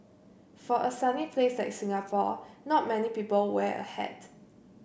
for a sunny place like Singapore not many people wear a hat